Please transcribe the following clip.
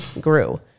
grew